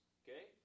okay